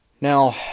Now